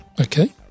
okay